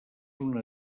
una